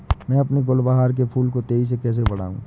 मैं अपने गुलवहार के फूल को तेजी से कैसे बढाऊं?